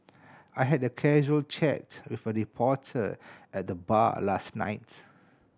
I had a casual chat with a reporter at the bar last night